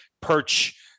perch